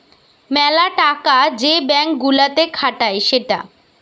মেলা টাকা যে ব্যাঙ্ক গুলাতে খাটায় সেটা